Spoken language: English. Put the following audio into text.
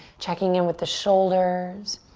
checking in with the shoulders,